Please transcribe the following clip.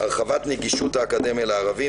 הרחבת נגישות האקדמיה לערבים,